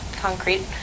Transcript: concrete